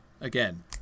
Again